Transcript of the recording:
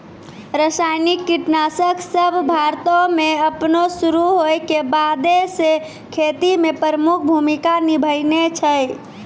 रसायनिक कीटनाशक सभ भारतो मे अपनो शुरू होय के बादे से खेती मे प्रमुख भूमिका निभैने छै